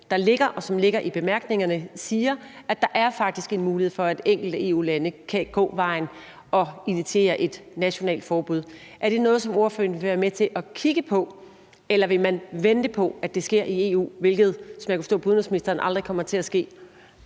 der ligger, og som ligger i bemærkningerne, siger: at der faktisk er en mulighed for, at enkelte EU-lande kan gå vejen og initiere et nationalt forbud. Er det noget, som ordføreren vil være med til at kigge på? Eller vil man vente på, at det sker i EU, hvilket, som jeg kunne forstå på udenrigsministeren, aldrig kommer til at ske?